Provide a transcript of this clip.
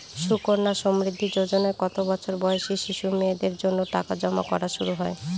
সুকন্যা সমৃদ্ধি যোজনায় কত বছর বয়সী শিশু মেয়েদের জন্য টাকা জমা করা শুরু হয়?